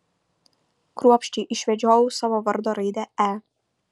kruopščiai išvedžiojau savo vardo raidę e